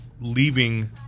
Leaving